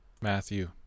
Matthew